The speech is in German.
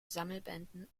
sammelbänden